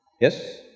Yes